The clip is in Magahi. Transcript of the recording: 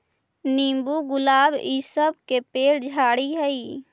नींबू, गुलाब इ सब के पेड़ झाड़ि हई